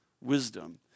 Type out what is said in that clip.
wisdom